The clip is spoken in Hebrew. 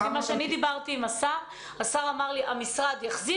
השר אמר לי כשדיברתי איתו שהמשרד יחזיר